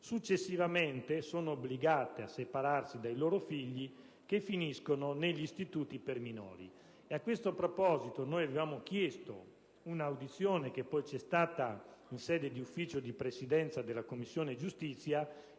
successivamente sono obbligate a separarsi dai loro figli, che finiscono negli istituti per minori.